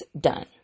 done